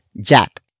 Jack